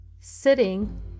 sitting